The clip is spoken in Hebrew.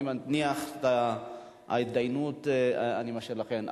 אני מניח משאיר את ההתדיינות לכן.